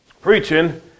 preaching